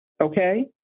Okay